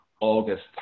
August